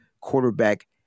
quarterback